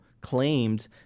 claimed